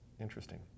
interesting